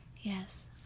Yes